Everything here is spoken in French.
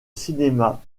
cinéma